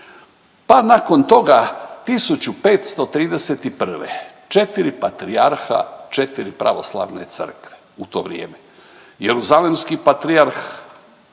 pa nakon toga 1531. četiri patrijarha, četiri pravoslavne crkve u to vrijeme. Jeruzalemski patrijarh,